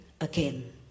again